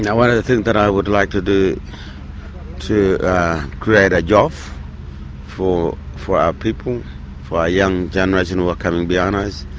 one of the things that i would like to do to is create jobs for for our people, for our young generation who are coming behind us,